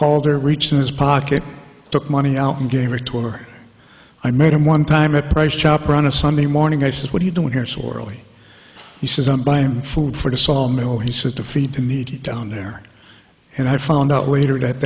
called her reached in his pocket took money out and gave it to her i met him one time at price chopper on a sunday morning i said what are you doing here sorrily he says i'm buying food for the sawmill he says to feed to me down there and i found out later that